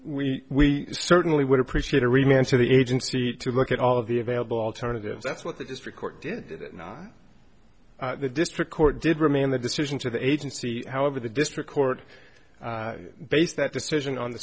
s we certainly would appreciate a remittance to the agency to look at all of the available alternatives that's what the district court did not the district court did remain the decision to the agency however the district court based that decision on the